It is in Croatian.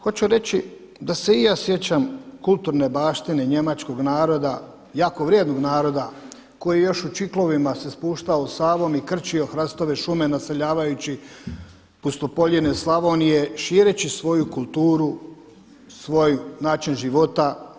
Hoću reći da se i ja sjećam kulturne baštine njemačkog naroda jako vrijednog naroda koji je još u Čiklovima se spuštao Savom i krčio hrastove šume naseljavajući pustopoljine Slavonije šireći svoju kulturu, svoj način života.